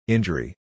Injury